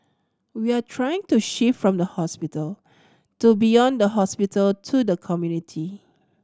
we are trying to shift from the hospital to beyond the hospital to the community